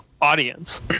audience